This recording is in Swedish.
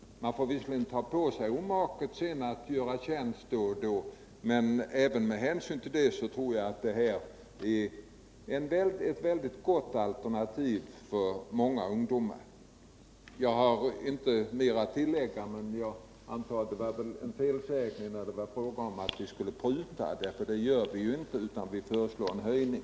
Man får då visserligen ta på sig omaket att göra tjänst då och då, men även med hänsyn tll detta tror jag det här är ett gott alternativ för många ungdomar. Jag har inte mer att tillägga, men jag antar att det var en felsägning att vi skulle pruta, för det gör vi inte, utan vi föreslår en höjning.